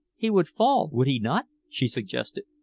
he would fall, would he not? she suggested.